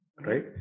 Right